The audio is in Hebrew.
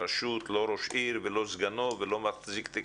הרשות לא ראש עיר ולא סגנו ולא מחזיק תיק